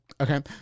okay